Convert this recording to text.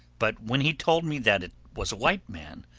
but when he told me that it was a white man,